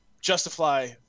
justify